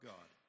God